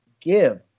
give